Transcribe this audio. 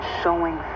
showing